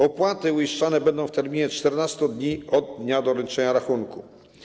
Opłaty uiszczane będą w terminie 14 dni od dnia doręczenia rachunku.